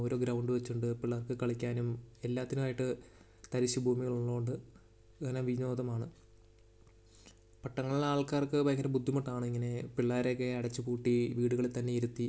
ഓരോ ഗ്രൗണ്ട് വച്ചിട്ടുണ്ട് പിള്ളേർക്ക് കളിക്കാനും എല്ലാത്തിനുമായിട്ട് തരിശ്ശുഭൂമികളുള്ളതുകൊണ്ട് അങ്ങനെ വിനോദമാണ് പട്ടണങ്ങളിൽ ആൾക്കാർക്ക് ഭയങ്കര ബുദ്ധിമുട്ടാണ് ഇങ്ങനെ പിള്ളേരെയൊക്കെ അടച്ചുപൂട്ടി വീടുകളിൽ തന്നെ ഇരുത്തി